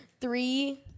Three